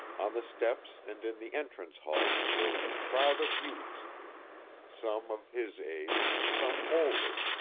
on the steps and in the entrance-hall there was a crowd of youths some of his age, some older,